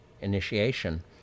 initiation